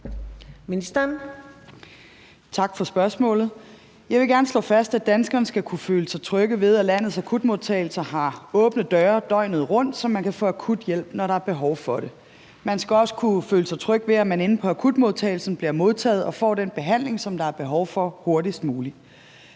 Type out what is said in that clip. Løhde): Tak for spørgsmålet. Jeg vil gerne slå fast, at danskerne skal kunne føle sig trygge ved, at landets akutmodtagelser har åbne døre døgnet rundt, så man kan få akut hjælp, når der er behov for det. Man skal også kunne føle sig tryg ved, at man inde på akutmodtagelsen bliver modtaget og får den behandling, som der er behov for, hurtigst muligt.